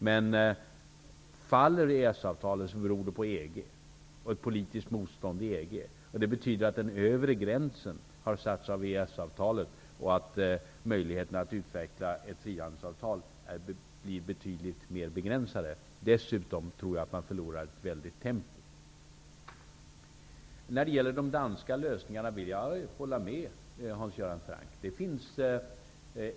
Men det beror på ett politiskt motstånd inom EG om EES-avtalet faller. Det betyder att den övre gränsen har satts av EES-avtalet, och att möjligheterna att utveckla ett frihandelsavtal blir betydligt mer begränsade. Jag tror dessutom att man förlorar mycket i tempo. Jag vill hålla med Hans Göran Franck om det han säger beträffande de danska lösningarna.